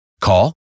Call